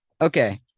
Okay